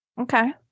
Okay